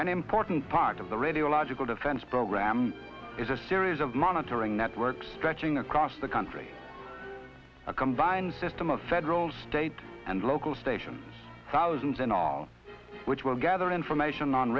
an important part of the radiological defense program is a series of monitoring networks stretching across the country a combined system of federal state and local stations thousands in all which will gather information on